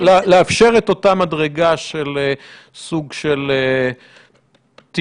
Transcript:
לאפשר את אותה מדרגה של סוג של תמרוץ,